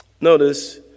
notice